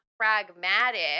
pragmatic